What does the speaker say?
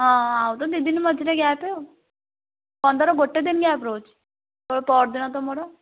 ହଁ ଆଉ ତ ଦୁଇ ଦିନ ମଝିରେ ଗ୍ୟାପ୍ ଆଉ ପନ୍ଦର ଗୋଟେ ଦିନ ଗ୍ୟାପ୍ ରହୁଛି ତ ପରଦିନ ତ ମୋର